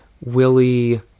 willie